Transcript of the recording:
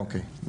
אוקיי, כן.